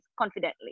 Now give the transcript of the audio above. confidently